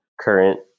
current